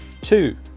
two